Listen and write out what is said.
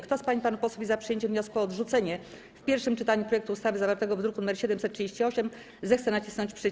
Kto z pań i panów posłów jest za przyjęciem wniosku o odrzucenie w pierwszym czytaniu projektu ustawy zawartego w druku nr 738, zechce nacisnąć przycisk.